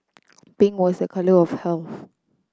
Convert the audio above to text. pink was a colour of health